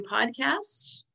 podcasts